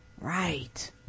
right